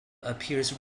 appears